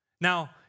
Now